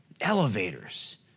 elevators